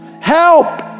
Help